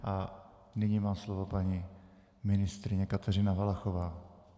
A nyní má slovo paní ministryně Kateřina Valachová.